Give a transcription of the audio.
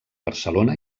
barcelona